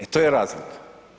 E to je razlika.